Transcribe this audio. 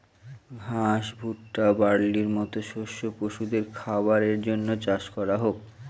ঘাস, ভুট্টা, বার্লির মতো শস্য পশুদের খাবারের জন্য চাষ করা হোক